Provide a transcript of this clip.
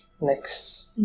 next